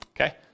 Okay